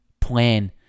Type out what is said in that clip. plan